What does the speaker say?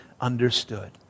understood